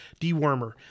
dewormer